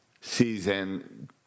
season